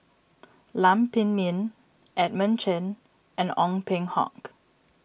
Lam Pin Min Edmund Chen and Ong Peng Hock